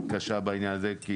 קשה בעניין הזה, כי